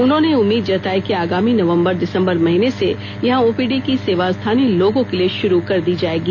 उन्होंने उम्मीद जताई कि आगामी नवंबर दिसम्बर महीने से यहां ओपीडी की सेवा स्थानीय लोगों के लिए शुरू कर दी जाएगी